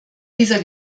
dieser